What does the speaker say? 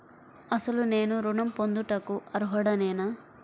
అసలు నేను ఋణం పొందుటకు అర్హుడనేన?